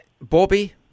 Bobby